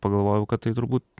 pagalvojau kad tai turbūt